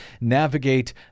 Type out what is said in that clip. navigate